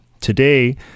today